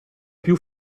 più